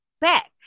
Back